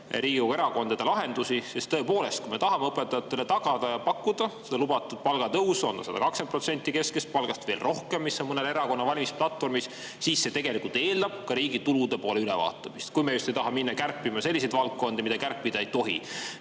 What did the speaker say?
Riigikogu erakondade lahendusi. Tõepoolest, kui me tahame õpetajatele tagada ja pakkuda seda lubatud palgatõusu – on see 120% keskmisest palgast või veel rohkem, mis on mõne erakonna valimisplatvormis –, siis see eeldab ka riigi tulude poole ülevaatamist, kui me just ei taha minna kärpima selliseid valdkondi, mida kärpida ei tohi: